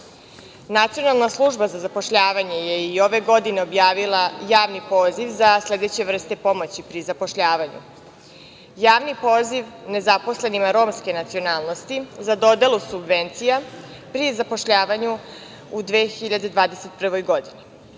ostvariti. Nacionalna služba za zapošljavanje je i ove godine objavila javni poziv za sledeće vrste pomoći pri zapošljavanju: Javni poziv nezaposlenima romske nacionalnosti za dodelu subvencija pri zapošljavanju u 2021. godini,